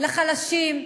לחלשים,